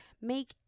make